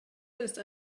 ist